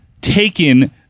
taken